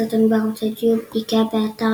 סרטונים בערוץ היוטיוב איקאה,